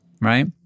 Right